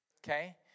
Okay